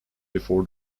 before